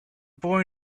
boy